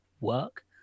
work